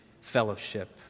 fellowship